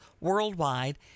worldwide